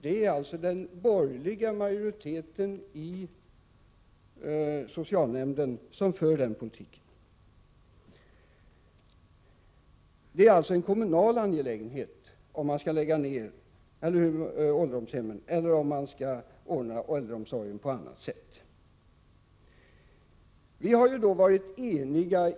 Det är alltså den borgerliga majoriteten i socialnämnden som för den politiken. I socialutskottet har vi varit eniga.